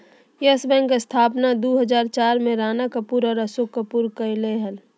yes Bank स्थापना दू हजार चार में राणा कपूर और अशोक कपूर कइलकय